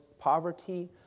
poverty